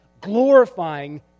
glorifying